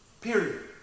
Period